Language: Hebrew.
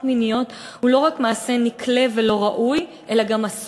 מיניות הוא לא רק מעשה נקלה ולא ראוי אלא גם מעשה